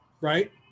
Right